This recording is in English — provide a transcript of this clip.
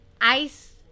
Ice